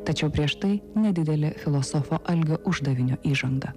tačiau prieš tai nedidelė filosofo algio uždavinio įžanga